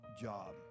job